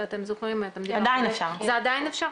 עדיין אפשר.